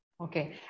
Okay